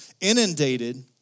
inundated